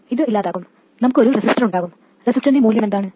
ഇത് ഇല്ലാതാകും നമുക്ക് ഒരു റെസിസ്റ്റർ ഉണ്ടാകും റെസിസ്റ്ററിന്റെ മൂല്യം എന്താണ്